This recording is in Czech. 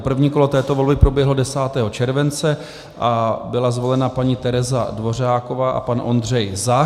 První kolo této volby proběhlo 10. července a byla zvolena paní Tereza Dvořáková a pan Ondřej Zach.